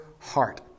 heart